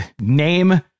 Name